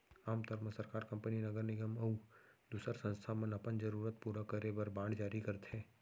आम तौर म सरकार, कंपनी, नगर निगम अउ दूसर संस्था मन अपन जरूरत पूरा करे बर बांड जारी करथे